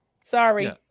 Sorry